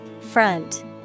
Front